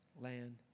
land